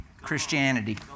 Christianity